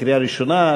לקריאה ראשונה,